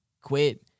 quit